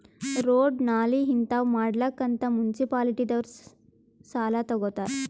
road, ನಾಲಿ ಹಿಂತಾವ್ ಮಾಡ್ಲಕ್ ಅಂತ್ ಮುನ್ಸಿಪಾಲಿಟಿದವ್ರು ಸಾಲಾ ತಗೊತ್ತಾರ್